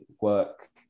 work